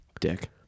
Dick